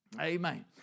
Amen